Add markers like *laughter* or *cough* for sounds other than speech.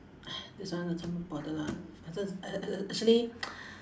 *noise* this one also don't bother lah ac~ ac~ actually